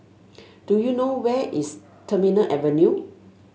do you know where is Terminal Avenue